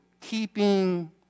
keeping